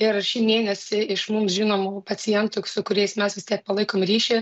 ir šį mėnesį iš mums žinomų pacientų su kuriais mes vis tiek palaikom ryšį